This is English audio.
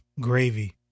Gravy